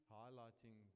highlighting